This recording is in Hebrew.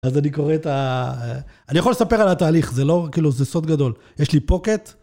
אז אני קורא את ה... אני יכול לספר על התהליך, זה לא כאילו, זה סוד גדול. יש לי פוקט.